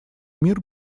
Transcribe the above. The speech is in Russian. мир